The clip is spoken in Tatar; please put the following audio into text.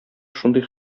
шундый